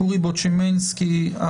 אורי בוצ'מנסקי,